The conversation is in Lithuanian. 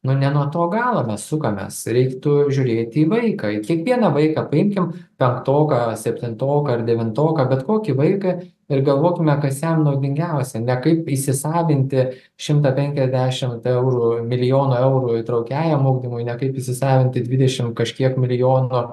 nu ne nuo to galo mes sukamės reiktų žiūrėti į vaiką į kiekvieną vaiką paimkim penktoką septintoką ar devintoką bet kokį vaiką ir galvokime kas jam naudingiausia ne kaip įsisavinti šimtą penkiasdešimt eurų milijonų eurų įtraukiajam ugdymui ne kaip įsisavinti dvidešimt kažkiek milijonų